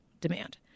demand